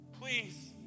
Please